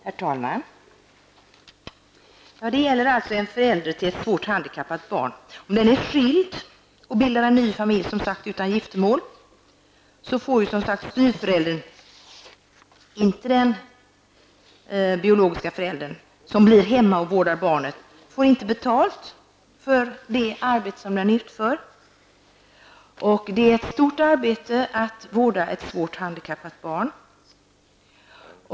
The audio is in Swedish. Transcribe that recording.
Herr talman! Detta handlar alltså om en förälder till ett svårt handikappat barn. Om denna förälder är skild och bildar ny familj utan giftermål får styvföräldern, dvs. den ickebiologiska föräldern, som stannar hemma och vårdar barnet inte betalt för detta arbete. Det är ett stort arbete att vårda ett svårt handikappat barn.